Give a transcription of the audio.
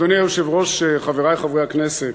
אדוני היושב-ראש, חברי חברי הכנסת,